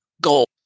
gold